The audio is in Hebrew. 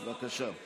בבקשה.